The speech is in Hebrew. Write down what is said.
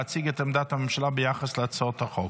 להציג את עמדת הממשלה ביחס להצעות החוק.